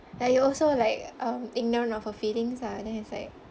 like you also like um ignorant of her feelings lah then it's like